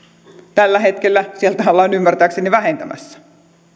tällä hetkellä sieltä ollaan ymmärtääkseni vähentämässä